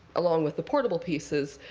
along with the portable pieces,